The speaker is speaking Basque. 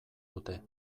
dute